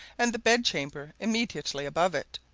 and the bedchamber immediately above it.